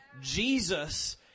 Jesus